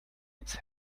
its